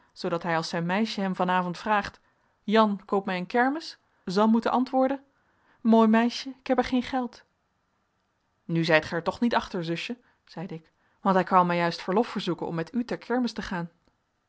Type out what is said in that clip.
zoodat hij als zijn meisje hem van avond vraagt jan koop mij een kermis zal moeten antwoorden mooi meisje ik heb er geen geld nu zijt gij er toch niet achter zusje zeide ik want hij kwam mij juist verlof verzoeken om met u ter kermis te gaan